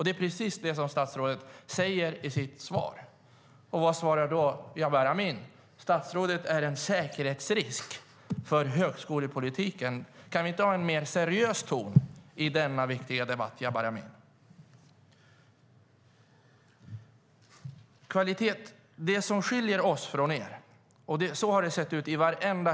Det är precis det statsrådet säger i sitt svar. Vad svarar då Jabar Amin? Jo, statsrådet är tydligen en säkerhetsrisk för högskolepolitiken. Kan vi inte ha en mer seriös ton i denna viktiga debatt, Jabar Amin? Så här har det sett ut i varenda högskolepolitisk debatt om kvalitet.